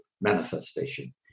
manifestation